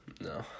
No